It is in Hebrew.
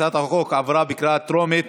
הצעת החוק עברה בקריאה טרומית